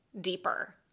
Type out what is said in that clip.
deeper